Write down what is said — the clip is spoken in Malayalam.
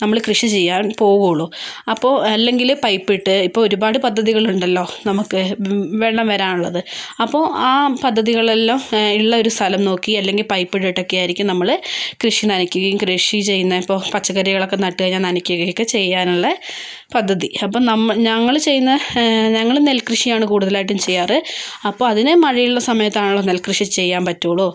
നമ്മൾ കൃഷി ചെയ്യാൻ പോവുള്ളൂ അപ്പോൾ അല്ലെങ്കിൽ പൈപ്പിട്ട് ഇപ്പോൾ ഒരുപാട് പദ്ധതികളുണ്ടല്ലോ നമുക്ക് വെള്ളം വരാനുള്ളത് അപ്പോൾ ആ പദ്ധതികളെല്ലാം ഉള്ള ഒരു സ്ഥലം നോക്കി അല്ലെങ്കിൽ പൈപ്പിട്ടിട്ടൊക്കെയായിരിക്കും നമ്മൾ കൃഷി നനയ്ക്കുകയും കൃഷി ചെയ്യുന്നത് ഇപ്പോൾ പച്ചക്കറികളൊക്കെ നട്ടു കഴിഞ്ഞാൽ നനയ്ക്കുകയൊക്കെ ചെയ്യാനുള്ളത് പദ്ധതി അപ്പം ഞങ്ങൾ ചെയ്യുന്നത് ഞങ്ങൾ നെൽക്കൃഷിയാണ് കൂടുതലായിട്ടും ചെയ്യാറ് അപ്പോൾ അതിന് മഴയുള്ള സമയത്താണല്ലോ നെൽക്കൃഷി ചെയ്യാൻ പറ്റുള്ളൂ